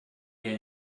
wir